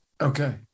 Okay